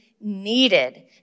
needed